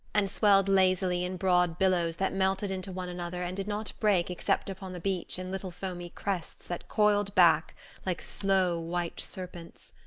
and swelled lazily in broad billows that melted into one another and did not break except upon the beach in little foamy crests that coiled back like slow, white serpents.